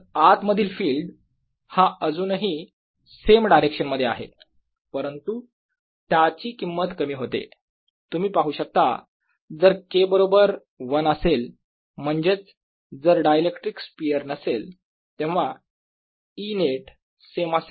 तर आत मधील फिल्ड हा अजूनही सेम डायरेक्शन मध्ये आहे परंतु त्याची किंमत कमी होते तुम्ही पाहू शकता जर K बरोबर 1 असेल म्हणजेच जर डायइलेक्ट्रिक स्पियर नसेल तेव्हा E net सेम असेल E0 प्रमाणे